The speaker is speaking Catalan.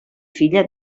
filla